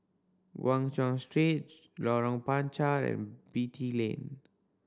Guan Chuan Street Lorong Panchar and Beatty Lane